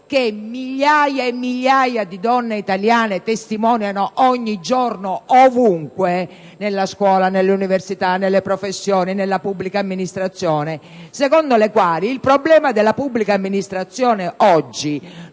che migliaia e migliaia di donne italiane testimoniano ogni giorno ovunque (nella scuola, nelle università, nelle professioni, nella pubblica amministrazione), per il quale il problema della pubblica amministrazione oggi